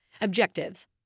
Objectives